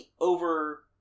over